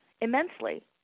immensely